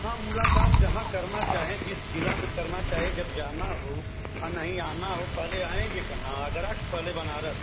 हाँ मुलाकात जहाँ करना चाहें जिस जिला में करना चाहे जब जाना हो नहीं आना हो पहले आएँगे कहाँ आगरा कि पहले बनारस